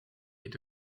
est